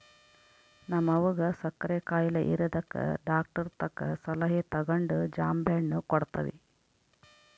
ನಮ್ವಗ ಸಕ್ಕರೆ ಖಾಯಿಲೆ ಇರದಕ ಡಾಕ್ಟರತಕ ಸಲಹೆ ತಗಂಡು ಜಾಂಬೆಣ್ಣು ಕೊಡ್ತವಿ